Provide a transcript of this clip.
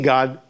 God